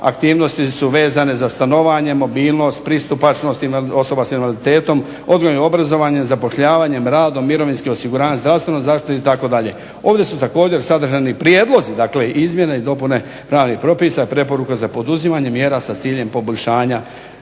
Aktivnosti su vezane za stanovanje, mobilnost, pristupačnost osoba s invaliditetom, odgojnim obrazovanjem, zapošljavanjem, radom, mirovinskim osiguranjem, zdravstvenom zaštitom itd. Ovdje su također sadržani prijedlozi, dakle izmjene i dopune pravnih propisa, preporuke za poduzimanje mjera sa ciljem poboljšanja